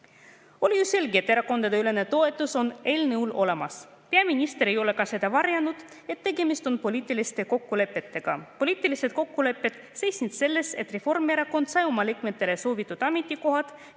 Oli ju selge, et erakondadeülene toetus on eelnõul olemas. Peaminister ei ole ka seda varjanud, et tegemist on poliitiliste kokkulepetega. Poliitilised kokkulepped seisnevad selles, et Reformierakond sai kõnealuse eelnõuga oma liikmetele soovitud ametikohad